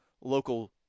local